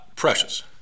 Precious